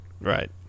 right